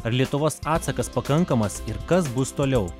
ar lietuvos atsakas pakankamas ir kas bus toliau